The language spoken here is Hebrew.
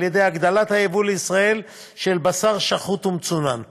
על-ידי הגדלת היבוא של בשר שחוט ומצונן לישראל.